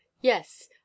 Yes